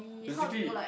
basically